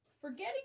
forgetting